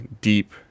deep